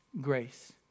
Grace